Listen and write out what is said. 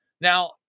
Now